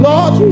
Lord